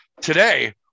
Today